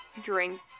drink